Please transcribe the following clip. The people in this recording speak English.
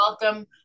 welcome